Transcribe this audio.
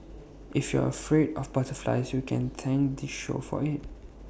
if you're afraid of butterflies you can thank this show for IT